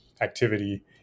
activity